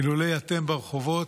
אילולא אתם ברחובות,